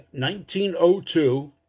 1902